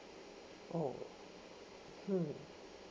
oo hmm